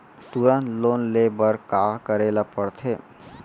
तुरंत लोन ले बर का करे ला पढ़थे?